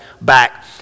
back